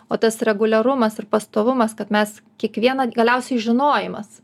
o tas reguliarumas ir pastovumas kad mes kiekvieną galiausiai žinojimas